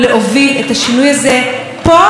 תודה רבה לחברת הכנסת יעל כהן-פארן.